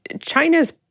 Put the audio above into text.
China's